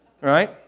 right